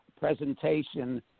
presentation